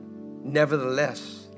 nevertheless